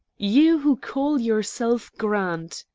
you, who call yourself grant!